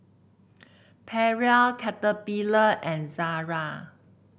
Perrier Caterpillar and Zara